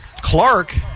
Clark